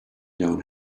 down